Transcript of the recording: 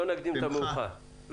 בשמחה.